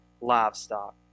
livestock